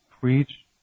preach